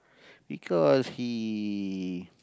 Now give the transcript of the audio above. because he